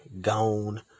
gone